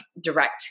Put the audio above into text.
direct